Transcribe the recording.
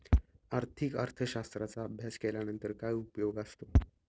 आर्थिक अर्थशास्त्राचा अभ्यास केल्यानंतर काय उपयोग असतो?